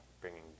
bringing